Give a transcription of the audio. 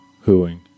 hooing